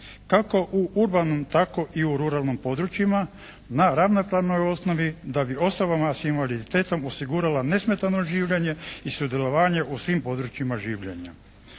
kako u urbanim tako i u ruralnim područjima na ravnopravnoj osnovi da bi osobama s invaliditetom osigurala nesmetano življenje i sudjelovanje u svim područjima življenja.